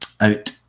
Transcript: out